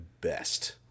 best